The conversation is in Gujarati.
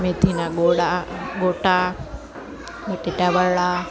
મેથીના ગોળા ગોટા બટેટાવડા